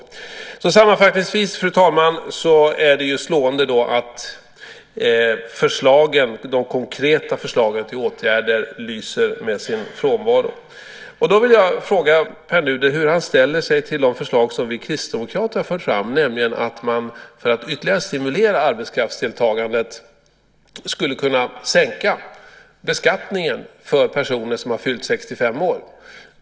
Fru talman! Sammanfattningsvis är det slående att de konkreta förslagen till åtgärder lyser med sin frånvaro. Jag vill fråga Pär Nuder hur han ställer sig till det förslag som vi kristdemokrater har fört fram, nämligen att man skulle kunna sänka beskattningen för personer som har fyllt 65 år för att ytterligare stimulera arbetskraftsdeltagandet.